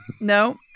no